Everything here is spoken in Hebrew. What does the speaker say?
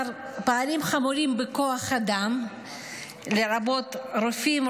פערים חמורים בכוח אדם לרבות רופאים,